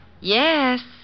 Yes